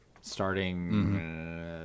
starting